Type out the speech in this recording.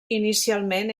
inicialment